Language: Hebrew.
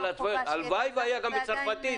הלוואי והיה גם בצרפתית.